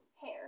hair